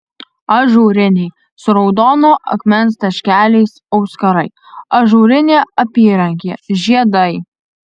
ažūriniai su raudono akmens taškeliais auskarai ažūrinė apyrankė žiedai